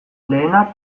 lehenak